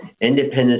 Independence